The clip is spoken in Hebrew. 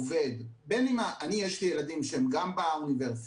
אני יש לי ילדים שהם גם באוניברסיטה,